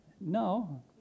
No